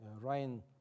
Ryan